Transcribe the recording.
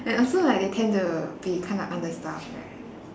and also like they tend to be kinda understaffed right